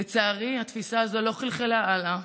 לצערי התפיסה הזו לא חלחלה הלאה,